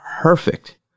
perfect